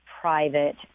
private